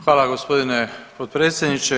Hvala g. potpredsjedniče.